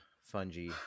fungi